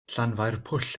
llanfairpwll